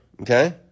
Okay